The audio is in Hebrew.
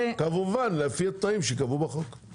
לפי התנאים שיקבעו בחוק.